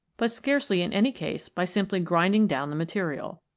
but scarcely in any case by simply grinding down the material.